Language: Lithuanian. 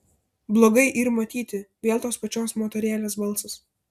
blogai yr matyti vėl tos pačios moterėlės balsas